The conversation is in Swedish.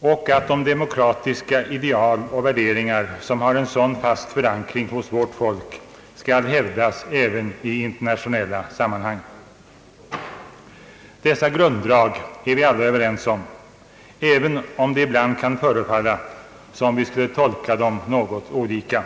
och att de demokratiska ideal och värderingar, som har en så fast förankring hos vårt folk, skall hävdas även i internationella sammanhang. Dessa grunddrag är vi alla överens om, även om det ibland kan förefalla, som om vi skulle tolka dem något olika.